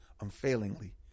unfailingly